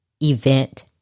event